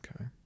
okay